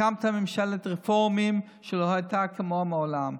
הקמת ממשלת רפורמים שלא הייתה כמוה מעולם.